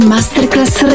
Masterclass